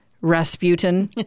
Rasputin